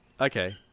Okay